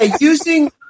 Using